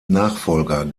nachfolger